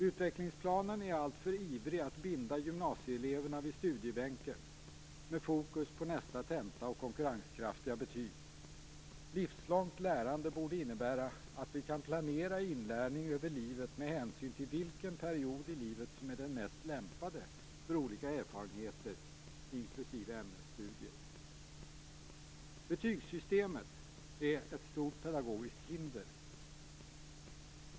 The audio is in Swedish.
Utvecklingsplanen är alltför ivrig att binda gymnasieeleverna vid studiebänken med fokus på nästa tenta och konkurrenskraftiga betyg. Livslångt lärande borde innebära att vi kan planera inlärning över livet med hänsyn till vilken period i livet som är den mest lämpade för olika erfarenheter inklusive ämnesstudier. Betygssystemet är ett stort pedagogiskt hinder.